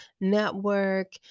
network